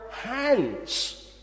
hands